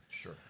Sure